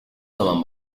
zaman